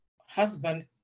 husband